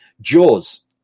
Jaws